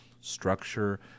structure